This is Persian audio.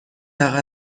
اقل